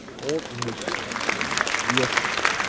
old english club u s a.